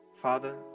Father